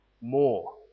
more